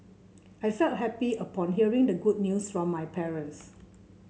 I felt happy upon hearing the good news from my parents